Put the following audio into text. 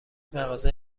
مغازه